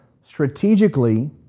strategically